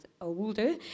older